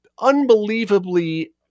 unbelievably